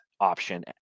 option